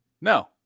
No